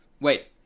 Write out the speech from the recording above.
wait